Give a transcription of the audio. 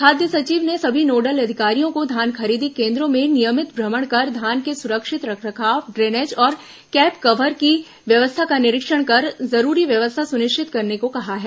खाद्य सचिव ने सभी नोडल अधिकारियों को धान खरीदी केन्द्रों में नियमित भ्रमण कर धान के सुरक्षित रखरखाव ड्रेनेज और कैप कव्हर की व्यवस्था का निरीक्षण कर जरूरी व्यवस्था सुनिश्चित करने को कहा है